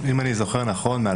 אם אני זוכר נכון,